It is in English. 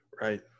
Right